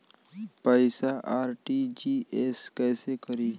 पैसा आर.टी.जी.एस कैसे करी?